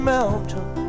Mountain